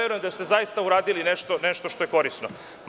Verujem da ste zaista uradili nešto što je korisno.